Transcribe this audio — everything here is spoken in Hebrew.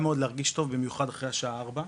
מאוד להרגיש טוב במיוחד אחרי השעה 16:00,